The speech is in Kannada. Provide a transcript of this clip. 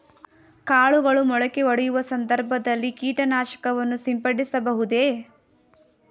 ಕಾಳುಗಳು ಮೊಳಕೆಯೊಡೆಯುವ ಸಂದರ್ಭದಲ್ಲಿ ಕೀಟನಾಶಕವನ್ನು ಸಿಂಪಡಿಸಬಹುದೇ?